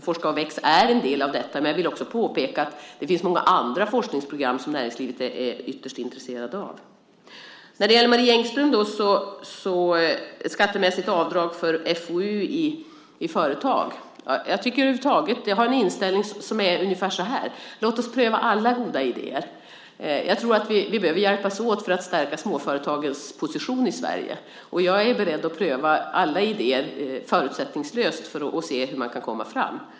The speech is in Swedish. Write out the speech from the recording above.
Forska och väx är en del av detta, men jag vill också påpeka att det finns många andra forskningsprogram som näringslivet är ytterst intresserat av. Marie Engström talar om skattemässigt avdrag för FoU i företag. Jag har en inställning som är ungefär så här: Låt oss pröva alla goda idéer! Jag tror att vi behöver hjälpas åt för att stärka småföretagens position i Sverige. Jag är beredd att pröva alla idéer förutsättningslöst för att se hur man kan komma fram.